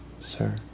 sir